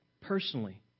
personally